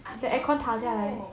I didn't know